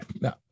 No